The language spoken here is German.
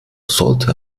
sollte